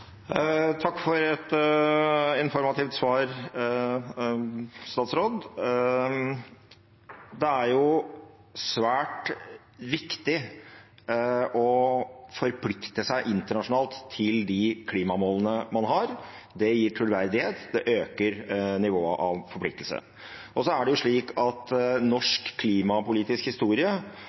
Takk for et informativt svar, statsråd. Det er svært viktig å forplikte seg internasjonalt til de klimamålene man har. Det gir troverdighet, og det øker nivået av forpliktelse. Så er det jo slik at norsk klimapolitisk historie